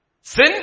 Sin